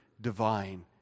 divine